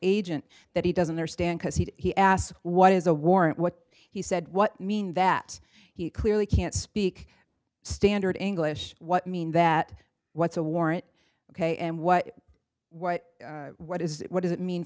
agent that he doesn't understand because he asked what is a warrant what he said what i mean that he clearly can't speak standard english what mean that what's a warrant ok and what what what is it what does it mean